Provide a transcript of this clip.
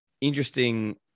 interesting